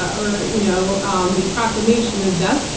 or you know um the proclamation of death,